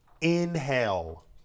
Inhale